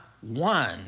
one